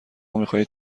میخواهید